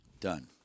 Done